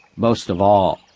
most of all,